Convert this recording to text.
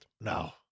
No